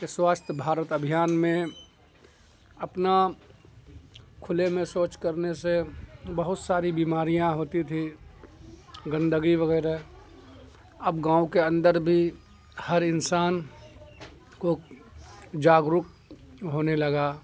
کہ سوستھ بھارت ابھیان میں اپنا کھلے میں شوچ کرنے سے بہت ساری بیماریاں ہوتی تھیں گندگی وغیرہ اب گاؤں کے اندر بھی ہر انسان کو جاگروک ہونے لگا